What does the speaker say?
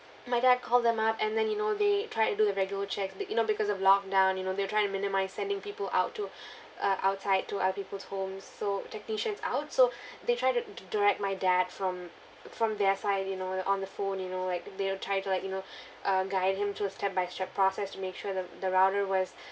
my dad call them up and then you know they try to do the regular check that you know because of lock down you know they're trying to minimize sending people out to uh outside to uh people's homes so technicians out so they try to di~ direct my dad from from their side you know on the phone you know like they'll try like you know uh guide him to a step by step process to make sure the the router was